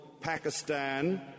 Pakistan